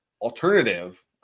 alternative